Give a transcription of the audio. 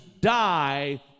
die